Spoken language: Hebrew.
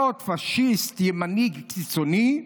לא עוד פשיסט ימני קיצוני,